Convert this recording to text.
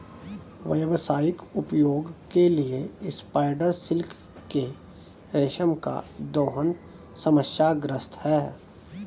व्यावसायिक उपयोग के लिए स्पाइडर सिल्क के रेशम का दोहन समस्याग्रस्त है